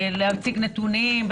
להציג מספרים מוחלטים,